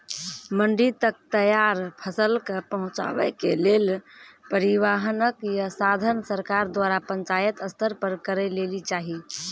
मंडी तक तैयार फसलक पहुँचावे के लेल परिवहनक या साधन सरकार द्वारा पंचायत स्तर पर करै लेली चाही?